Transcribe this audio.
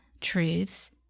truths